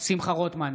שמחה רוטמן,